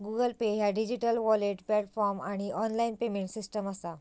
Google Pay ह्या digital wallet platform आणि online payment system असा